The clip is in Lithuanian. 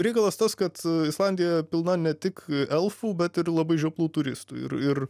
reikalas tas kad islandija pilna ne tik elfų bet ir labai žioplų turistų ir ir